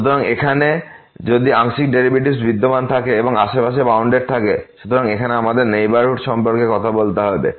সুতরাং এখানে যদি আংশিক ডেরিভেটিভস বিদ্যমান থাকে এবং আশেপাশে বাউন্ডেড থাকে সুতরাং এখানে আমাদের নেইবারহুড সম্পর্কে কথা বলতে হবে